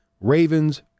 Ravens